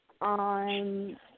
on